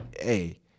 hey